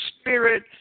spirit